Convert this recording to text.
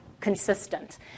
consistent